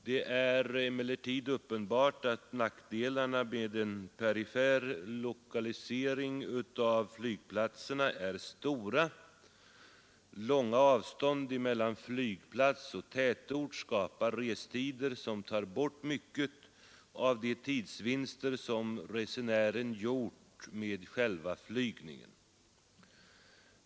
Det är emellertid uppenbart att nackdelarna med en perifer lokalisering av flygplatserna är stora. Långa avstånd mellan flygplats och tätort skapar restider som tar bort mycket av de tidsvinster som resenären gjort med själva flygningen.